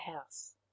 house